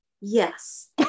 Yes